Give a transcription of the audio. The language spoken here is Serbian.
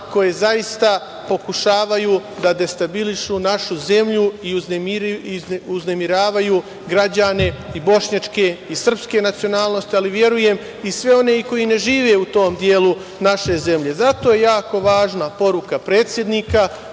koje zaista pokušavaju da destabilišu našu zemlju i uznemiravaju građane i bošnjačke i srpske nacionalnosti, ali verujem i sve one koji ne žive u tom delu naše zemlje. Zato je jako važna poruka predsednika